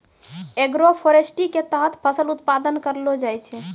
agroforestry के तहत फसल उत्पादन करलो जाय छै